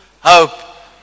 hope